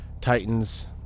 Titans